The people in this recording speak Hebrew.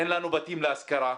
אין לנו בתים להשכרה,